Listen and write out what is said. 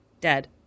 dead